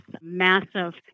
massive